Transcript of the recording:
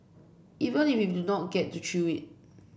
even if we don't get to chew it